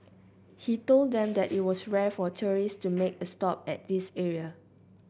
he told them that it was rare for tourists to make a stop at this area